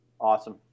Awesome